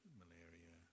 malaria